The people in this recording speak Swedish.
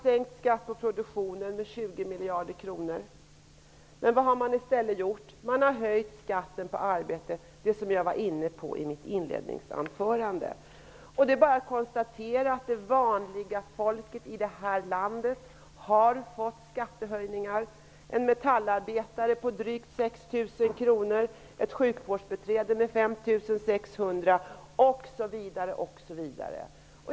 Skatten på produktion har sänkts med Vad har man gjort mer? Man har höjt skatten på arbete som jag var inne på i mitt inledningsanförande. Det är bara att konstatera att det vanliga folket i detta land har fått skattehöjningar. En metallarbetare har fått en skattehöjning med drygt 6 000 kronor, ett sjukvårdsbiträde med 5 600 kronor, osv.